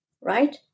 Right